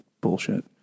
bullshit